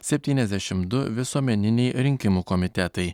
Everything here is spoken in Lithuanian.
septyniasdešimt du visuomeniniai rinkimų komitetai